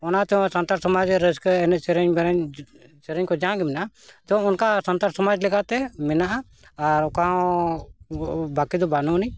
ᱚᱱᱟ ᱛᱮᱦᱚᱸ ᱥᱟᱱᱛᱟᱲ ᱥᱚᱢᱟᱡᱽ ᱨᱮ ᱨᱟᱹᱥᱠᱟᱹ ᱮᱱᱮᱡ ᱥᱮᱨᱮᱧ ᱰᱮᱨᱮᱧ ᱠᱚ ᱡᱟᱜᱮ ᱢᱮᱱᱟᱜᱼᱟ ᱛᱚ ᱚᱱᱠᱟ ᱥᱟᱱᱛᱟᱲ ᱥᱚᱢᱟᱡᱽ ᱞᱮᱠᱟᱛᱮ ᱢᱮᱱᱟᱜᱼᱟ ᱟᱨ ᱚᱠᱟ ᱦᱚᱸ ᱵᱟᱹᱠᱤ ᱫᱚ ᱵᱟᱹᱱᱩᱜ ᱟᱹᱱᱤᱡ